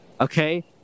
okay